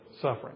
suffering